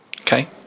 Okay